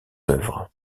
œuvres